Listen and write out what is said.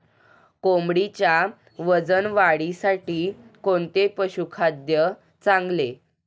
कोंबडीच्या वजन वाढीसाठी कोणते पशुखाद्य चांगले?